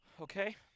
Okay